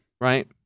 Right